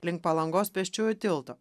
link palangos pėsčiųjų tilto